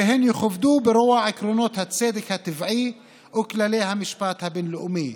והן יכובדו ברוח עקרונות הצדק הטבעי וכללי המשפט הבין-לאומי,